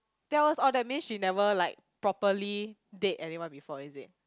tells orh that means she never like properly date anyone before is it